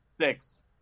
Six